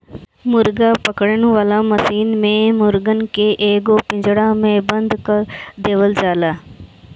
मुर्गा पकड़े वाला मशीन से मुर्गन के एगो पिंजड़ा में बंद कअ देवल जाला